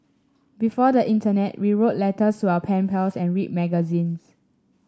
before the internet we wrote letters to our pen pals and read magazines